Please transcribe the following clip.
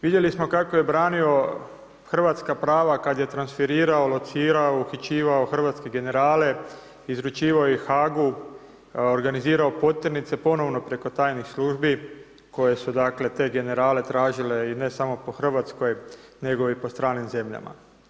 Vidjeli smo kako je branio hrvatska prava kada je transferirao, locirao i uhićivao hrvatske generale izručivao ih Haagu, organizirao potjernice ponovno preko tajnih službi koje su te generale tražile i ne samo po Hrvatskoj nego i po stranim zemljama.